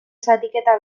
zatiketa